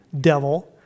devil